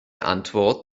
antwort